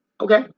Okay